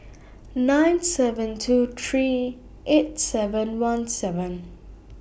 nine seven two three eight seven one seven